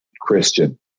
Christian